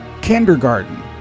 kindergarten